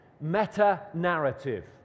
Meta-narrative